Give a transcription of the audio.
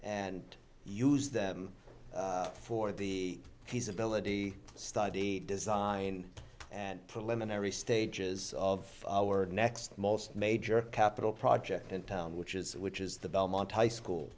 and use them for the peace ability study design and preliminary stages of our next most major capital project in town which is which is the belmont high school